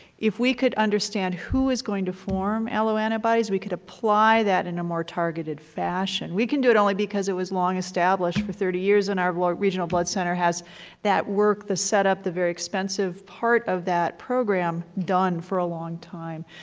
if we could understand who is going to form alloantibodies, we could apply that in a more targeted fashion. we can do it only because it was long established for thirty years and our regional blood center has that work, the setup, the very expensive part of that program done for a long time.